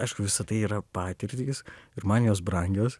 aišku visa tai yra patirtys ir man jos brangios